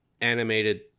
animated